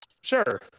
Sure